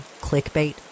clickbait